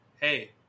hey